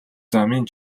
замын